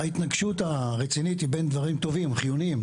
ההתנגשות הרצינית היא בין דברים טובים חיוניים,